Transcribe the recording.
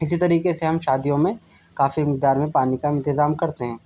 اسی طریقے سے ہم شادیوں میں کافی مقدارمیں پانی کا ہم انتظام کرتے ہیں